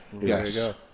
Yes